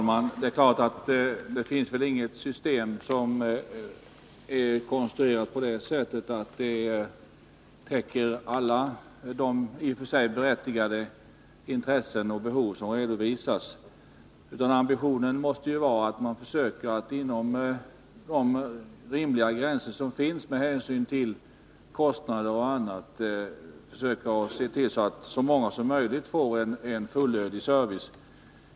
Herr talman! Det finns väl inget system som kan konstrueras så att det täcker alla de i och för sig berättigade intressen och behov som redovisas. Ambitionen måste vara att man inom rimliga gränser med hänsyn till kostnader och annat försöker se till att så många som möjligt får en fullödig service.